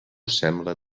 sembla